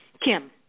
Kim